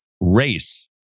race